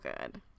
good